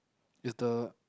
is the